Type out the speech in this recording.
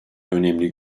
önemli